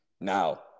now